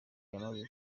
yamaze